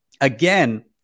again